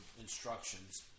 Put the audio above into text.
instructions